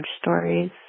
stories